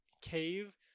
cave